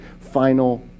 final